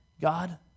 God